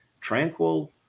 Tranquil